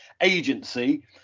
agency